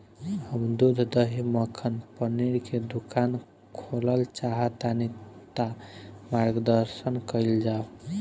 हम दूध दही मक्खन पनीर के दुकान खोलल चाहतानी ता मार्गदर्शन कइल जाव?